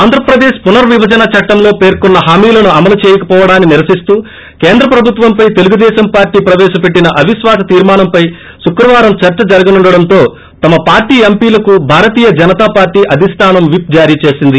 ఆంధ్రప్రదేక్ పునర్విభజన చట్టంలో పేర్కొన్స హామీలను అమలు చేయకవోవడాన్ని నిరసిస్తూ కేంద్ర ప్రభుత్వంపై తెలుగుదేశం పార్టీ ప్రవేశపెట్టిన అవిశ్వాస తీర్మానంపై శుక్రవారం చర్చ జరగనుండడంతో తమ పార్టీ ఎంపీలకు భారతీయ జనతా పార్టీ అధిష్టానం విప్ జారీ చేసింది